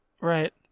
Right